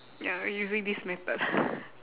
ya using this method